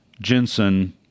Jensen